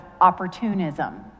opportunism